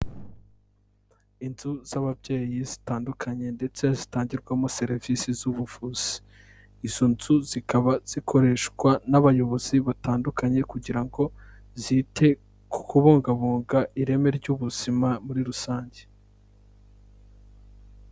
Inzu z'ababyeyi zitandukanye ndetse zitangirwamo serivisi z'ubuvuzi, izo nzu zikaba zikoreshwa n'abayobozi batandukanye kugira ngo zite ku kubungabunga ireme ry'ubuzima muri rusange.